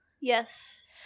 Yes